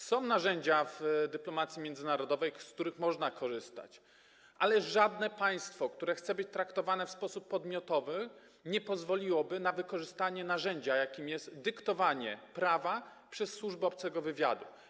Są narzędzia w dyplomacji międzynarodowej, z których można korzystać, ale żadne państwo, które chce być traktowane w sposób podmiotowy, nie pozwoliłoby na wykorzystanie narzędzia, jakim jest dyktowanie prawa przez służby obcego wywiadu.